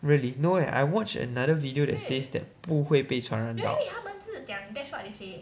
really no leh I watched another video that says that 不会被传染到